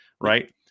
right